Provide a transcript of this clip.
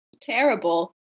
terrible